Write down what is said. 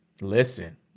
Listen